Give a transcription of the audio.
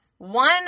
One